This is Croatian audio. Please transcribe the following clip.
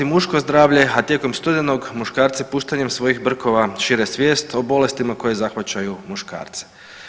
muško zdravlje, a tijekom studenog muškarci puštanjem svojih brkova šire svijest o bolestima koje zahvaćaju muškarce.